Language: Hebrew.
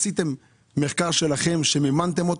עשיתם מחקר שלכם שאתם מימנתם,